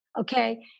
Okay